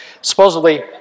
supposedly